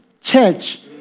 church